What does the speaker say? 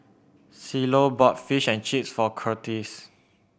Cielo bought Fish and Chips for Kurtis